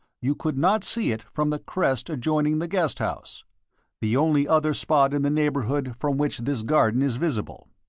you could not see it from the crest adjoining the guest house the only other spot in the neighbourhood from which this garden is visible.